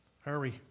Hurry